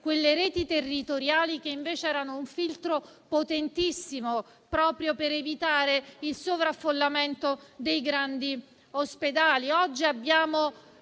quelle reti territoriali che invece erano un filtro potentissimo, proprio per evitare il sovraffollamento dei grandi ospedali.